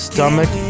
Stomach